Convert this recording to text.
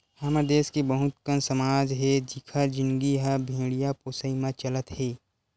हमर देस के बहुत कन समाज हे जिखर जिनगी ह भेड़िया पोसई म चलत हे